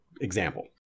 example